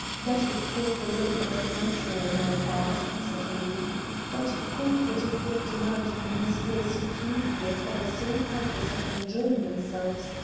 that would call for little but effrontery on my part, said he but think what it would demand from these boys who came here for the sole purpose of enjoying themselves.